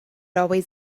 always